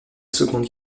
seconde